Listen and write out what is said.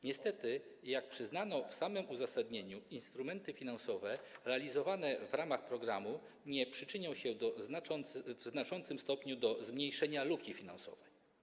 Niestety, jak przyznano w samym uzasadnieniu, instrumenty finansowe realizowane w ramach programu nie przyczynią się w znaczącym stopniu do zmniejszenia luki finansowej.